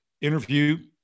interview